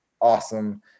awesome